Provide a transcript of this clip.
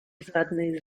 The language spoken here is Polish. żadnej